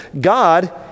God